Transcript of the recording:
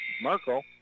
Merkel